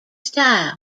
style